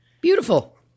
Beautiful